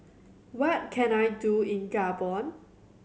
what can I do in Gabon